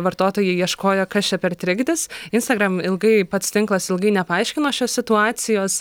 vartotojai ieškojo kas čia per trikdis instagram ilgai pats tinklas ilgai nepaaiškino šios situacijos